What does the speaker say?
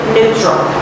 neutral